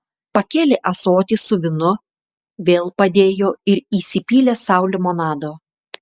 pakėlė ąsotį su vynu vėl padėjo ir įsipylė sau limonado